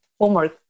homework